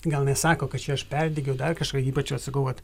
gal nesako kad čia aš perdegiau dar kažką ypač va sugalvot